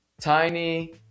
tiny